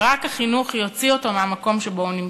רק החינוך יוציא אותו מהמקום שבו הוא נמצא.